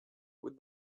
with